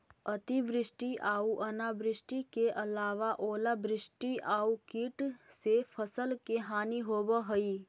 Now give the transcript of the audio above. अतिवृष्टि आऊ अनावृष्टि के अलावा ओलावृष्टि आउ कीट से फसल के हानि होवऽ हइ